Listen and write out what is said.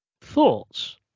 Thoughts